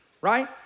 right